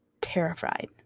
terrified